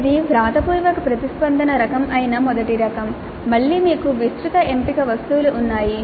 ఇది వ్రాతపూర్వక ప్రతిస్పందన రకం అయిన మొదటి రకం మళ్ళీ మీకు విస్తృత ఎంపిక వస్తువులు ఉన్నాయి